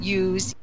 use